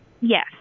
Yes